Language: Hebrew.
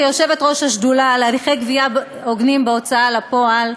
כיושבת-ראש השדולה להליכי גבייה הוגנים בהוצאה לפועל,